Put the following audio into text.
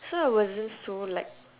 so I wasn't so like